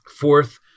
Fourth